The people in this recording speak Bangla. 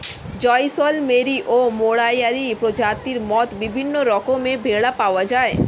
জয়সলমেরি ও মাড়োয়ারি প্রজাতির মত বিভিন্ন রকমের ভেড়া পাওয়া যায়